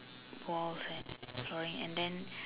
walls and throwing and then